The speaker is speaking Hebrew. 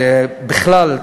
בכלל,